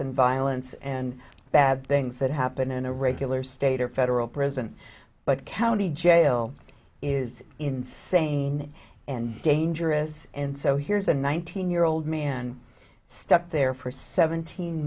and violence and bad things that happen in the regular state or federal prison but county jail is insane and dangerous and so here's a nineteen year old man stuck there for seventeen